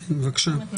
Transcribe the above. בבקשה.